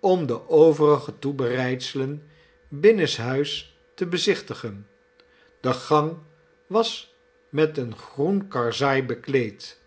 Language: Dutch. om de overige toebereidselen binnenshuis te bezichtigen de gang was met groen karsaai bekleed